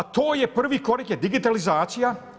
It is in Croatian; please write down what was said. To je prvi korak, digitalizacija.